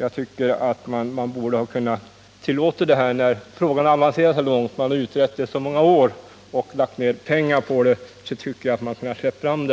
Jag tycker att man borde ha kunnat tillåta upprättandet av det här lagret, när frågan avancerat så långt. Man har utrett projektet under många år och lagt ned pengar på det, så jag anser att man också kunde ha släppt fram